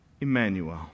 Emmanuel